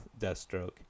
Deathstroke